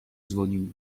dzwonił